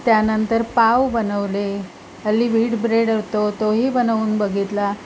त्यानंतर पाव बनवले हल्ली व्हीट ब्रेड येतो तोही बनवून बघितला